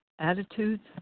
attitudes